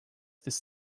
this